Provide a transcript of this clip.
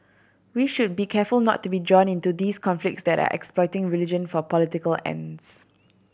we should be careful not to be drawn into these conflicts that are exploiting religion for political ends